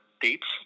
dates